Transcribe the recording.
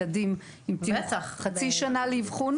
ילדים ממתינים חצי שנה לאבחון,